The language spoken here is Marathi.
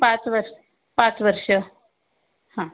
पाच वर्ष पाच वर्ष हं